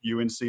UNC